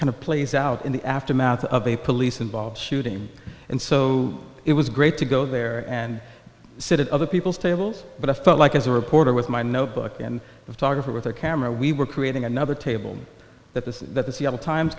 kind of plays out in the aftermath of a police involved shooting and so it was great to go there and sit at other people's tables but i felt like as a reporter with my notebook and photographer with a camera we were creating another table that the seattle times